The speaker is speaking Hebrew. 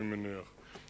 אני מניח,